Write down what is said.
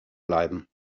bleiben